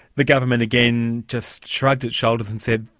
the government again just shrugged its shoulders and said,